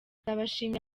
ndabashimira